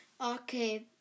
Okay